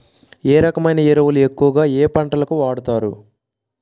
ఏ రకమైన ఎరువులు ఎక్కువుగా ఏ పంటలకు వాడతారు?